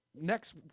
next